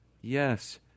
Yes